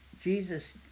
Jesus